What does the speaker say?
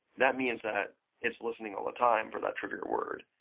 that means that it's listening all the time for that trigger word.